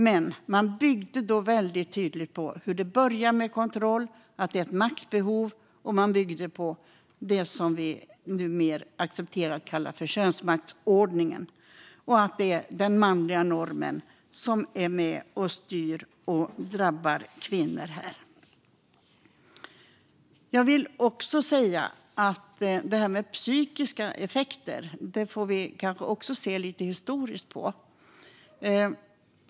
Man byggde det dock väldigt tydligt på hur det börjar med kontroll och att det är ett maktbehov. Man byggde det också på det som vi numera accepterar att kalla könsmaktsordningen och att det är den manliga normen som är med och styr och drabbar kvinnor här. Jag vill också säga att vi kanske får se lite historiskt på detta med psykiska effekter.